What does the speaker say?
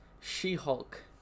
She-Hulk